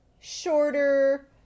shorter